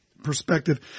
perspective